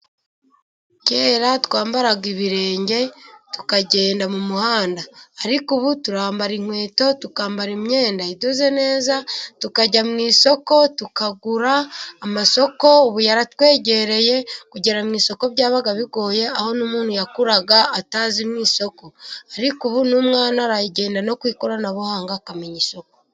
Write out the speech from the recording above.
Kera twambaraga ibirenge tukagenda mu muhanda ariko ubu turambara inkweto, tukambara imyenda idoze neza tukajya mu isoko tukagura. Amasoko ubu yaratwegereye kugera mu isoko byabaga bigoye aho n'umuntu yakuraga atazi mu isoko ariko ubu n'umwana arayigenda no ku ikoranabuhanga akamenya isoko.